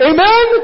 Amen